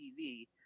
TV